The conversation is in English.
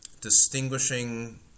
Distinguishing